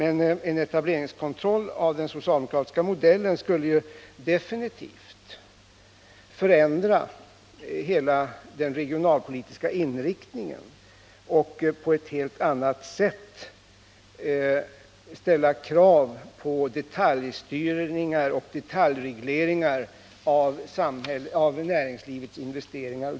En etableringskontroll av socialdemokratisk modell skulle definitivt förändra hela den regionalpolitiska inriktningen och på ett helt annat sätt ställa krav på detaljstyrningar och detaljregleringar av näringslivets investeringar.